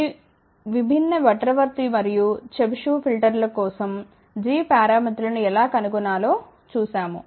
ఈ విభిన్న బటర్వర్త్ మరియు చెబిషెవ్ ఫిల్టర్ కోసం g పారామితులను ఎలా కనుగొనాలో చూశాము